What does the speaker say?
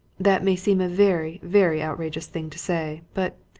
that may seem a very, very outrageous thing to say, but,